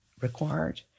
required